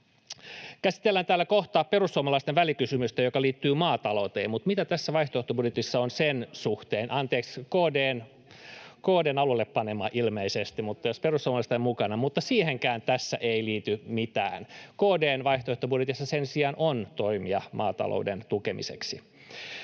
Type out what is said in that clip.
käsitellään perussuomalaisten välikysymystä, joka liittyy maatalouteen, mutta mitä tässä vaihtoehtobudjetissa on sen suhteen? [Sari Essayahin välihuuto] — Anteeksi, KD:n alulle panema ilmeisesti, mutta jossa perussuomalaiset on mukana. — Siihenkään tässä ei liity mitään. KD:n vaihtoehtobudjetissa sen sijaan on toimia maatalouden tukemiseksi.